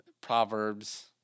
Proverbs